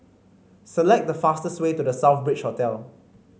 select the fastest way to The Southbridge Hotel